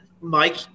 Mike